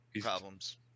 problems